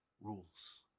rules